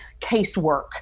casework